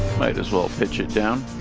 might as well pitch it down